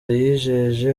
yijeje